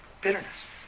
Bitterness